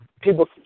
People